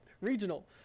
Regional